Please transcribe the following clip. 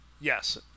Yes